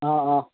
অঁ অঁ